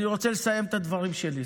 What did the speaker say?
אני רוצה לסיים את הדברים שלי.